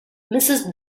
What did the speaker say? mrs